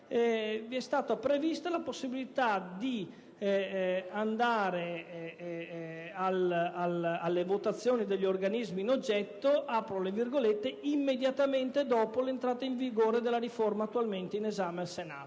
è stata prevista la possibilità di andare alle votazioni degli organismi in oggetto «immediatamente dopo l'entrata in vigore della riforma attualmente in esame al Senato».